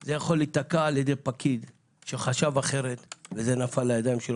זה יכול להיתקע על ידי פקיד שחשב אחרת וזה נפל לידיו,